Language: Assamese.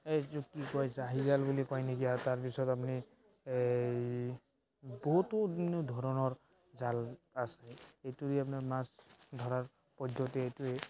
এইটো কি কয় জাল বুলি কয় নেকি তাৰপাছত আপুনি বহুতো উন্নত ধৰণৰ জাল আছে এইটো দি আপোনাৰ মাছ ধৰাৰ পদ্ধতি এইটোৱেই